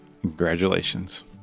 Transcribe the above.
Congratulations